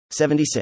76